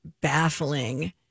baffling